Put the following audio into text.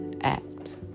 act